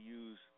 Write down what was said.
use